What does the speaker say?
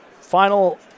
Final